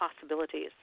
possibilities